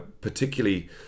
particularly